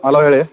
hello ಹೇಳಿ